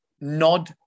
nod